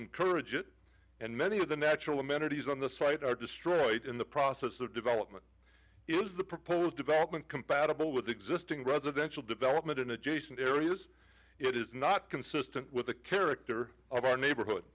encourage it and many of the natural manner is on the site are destroyed in the process of development is the proposed development compatible with existing residential development in adjacent areas it is not consistent with the character of our neighborhood